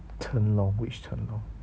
chen long which chen long